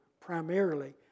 Primarily